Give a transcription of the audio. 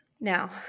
Now